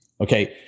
Okay